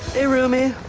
hey roomie!